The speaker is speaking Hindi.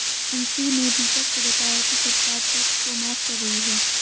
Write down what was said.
अंशु ने दीपक को बताया कि सरकार टैक्स को माफ कर रही है